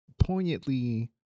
poignantly